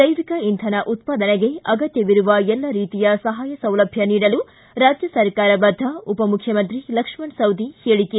ಜೈವಿಕ ಇಂಧನ ಉತ್ಪಾದನೆಗೆ ಅಗತ್ಯವಿರುವ ಎಲ್ಲ ರೀತಿಯ ಸಹಾಯ ಸೌಲಭ್ಯ ನೀಡಲು ರಾಜ್ಯ ಸರ್ಕಾರ ಬದ್ದ ಉಪಮುಖ್ಯಮಂತ್ರಿ ಲಕ್ಷ್ಮಣ ಸವದಿ ಹೇಳಿಕೆ